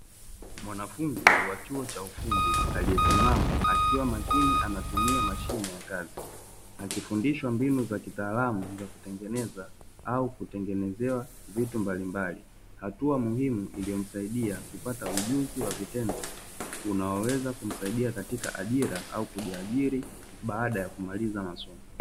Mwanafunzi wa chuo cha ufundi aliyesimama akiwa makini anatumia mashine ya kazi, akifundishwa mbini za kitaalamu za kutengeneza au kutengenezewa vitu mbalimbali. Hatua muhimu iliyomsaidia kupata ujuzi wa vitendo unaoweza kumsaidia katika ajira au kujiajiri baada ya kumaliza masomo.